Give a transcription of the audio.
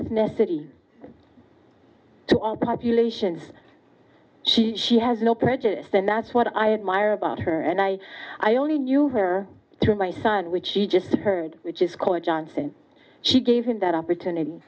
ethnicity to all populations she she has no prejudice and that's what i admire about her and i i only knew her through my son which she just heard which is called johnson she gave him that opportunity